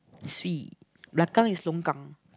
swee belakang is longkang